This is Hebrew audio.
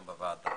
בוועדה.